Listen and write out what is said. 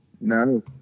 No